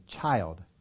child